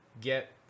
get